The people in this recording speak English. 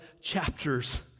chapters